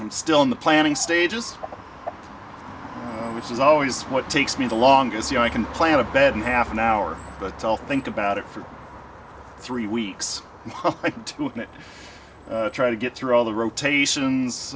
i'm still in the planning stages which is always what takes me the longest you know i can plan a bed in half an hour but i'll think about it for three weeks to try to get through all the rotations